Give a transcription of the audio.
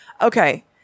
okay